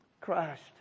Christ